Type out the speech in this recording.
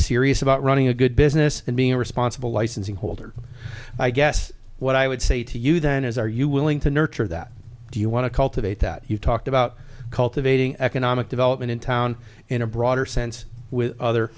serious about running a good business and being responsible licensing holder i guess what i would say to you then is are you willing to nurture that do you want to cultivate that you talked about cultivating economic development in town in a broader sense with other